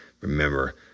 remember